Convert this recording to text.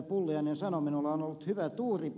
pulliainen sanoi minulla on ollut hyvä tuuri